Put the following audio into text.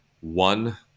one